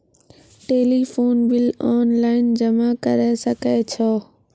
Telephone bill online जमा करै सकै छौ?